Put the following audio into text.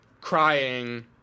crying